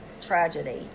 tragedy